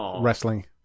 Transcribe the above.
wrestling